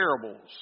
parables